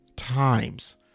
Times